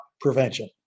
prevention